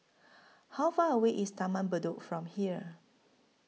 How Far away IS Taman Bedok from here